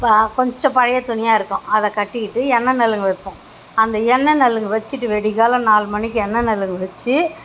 இப்போ கொஞ்சம் பழைய துணியாயிருக்கும் அதை கட்டிக்கிட்டு எண்ணெய் நலங்கு வைப்போம் அந்த எண்ணெய் நலுங்கு வச்சுட்டு விடிய காலைல நாலு மணிக்கு எண்ணெய் நலங்கு வச்சு